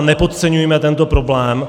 Nepodceňujme tento problém.